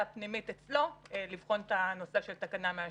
פנימית אצלו לבחון את הנושא של תקנה 168,